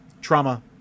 trauma